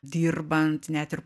dirbant net ir